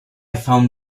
found